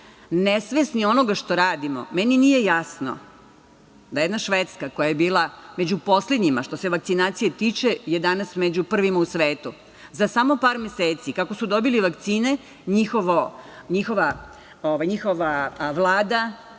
nesvesni onoga što radimo. Meni nije jasno da jedna Švedska koja je bila među poslednjima što se vakcinacija tiče je danas među prvima u svetu. Za samo par meseci kako su dobili vakcine njihova Vlada,